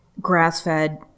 grass-fed